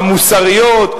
המוסריות,